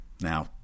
Now